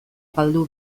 galdu